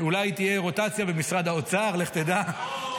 אולי תהיה רוטציה במשרד האוצר, לך תדע.